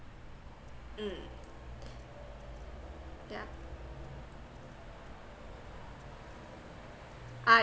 mm yeah I